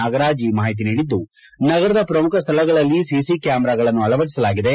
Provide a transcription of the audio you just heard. ನಾಗರಾಜ್ ಈ ಮಾಹಿತಿ ನೀಡಿದ್ದು ನಗರದ ಪ್ರಮುಖ ಸ್ವಳಗಳಲ್ಲಿ ಸಿಸಿ ಕ್ಷಾಮರಾಗಳನ್ನು ಅಳವಡಿಸಲಾಗಿದೆ